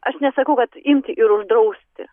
aš nesakau kad imti ir uždrausti